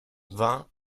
war